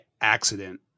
accident